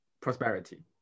prosperity